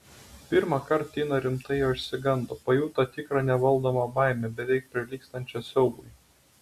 pirmąkart tina rimtai jo išsigando pajuto tikrą nevaldomą baimę beveik prilygstančią siaubui